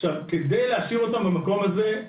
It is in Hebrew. עכשיו, על מנת להשאיר אותם במקום הזה,